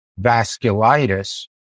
vasculitis